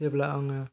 जेब्ला आङो